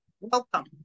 Welcome